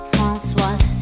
Françoise